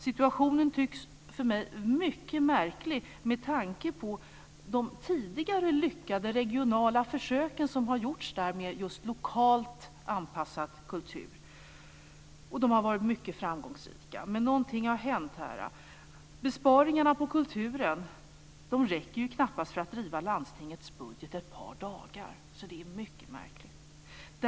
Situationen tycks för mig mycket märklig med tanke på de tidigare lyckade regionala försök som har gjorts där med just lokalt anpassad kultur. De har varit mycket framgångsrika, men någonting har hänt. Besparingarna på kulturen räcker ju knappast för att driva landstingets budget ett par dagar. Det är alltså mycket märkligt.